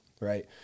right